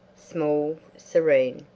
small, serene,